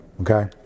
okay